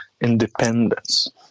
independence